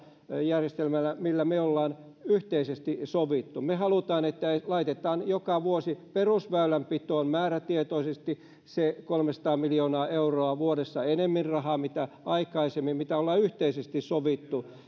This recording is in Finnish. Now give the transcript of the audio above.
järjestelmällä millä me olemme yhteisesti sopineet me haluamme että laitetaan joka vuosi perusväylänpitoon määrätietoisesti se kolmesataa miljoonaa euroa vuodessa enemmän rahaa kuin aikaisemmin mitä ollaan yhteisesti sovittu